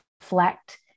reflect